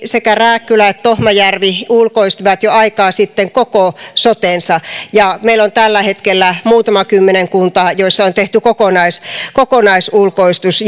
sekä rääkkylä että tohmajärvi ulkoistivat jo aikaa sitten koko sotensa ja meillä on tällä hetkellä muutama kymmenen kuntaa joissa on tehty kokonaisulkoistus